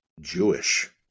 Jewish